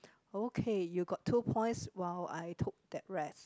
okay you got two points while I took that rest